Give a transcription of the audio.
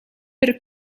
per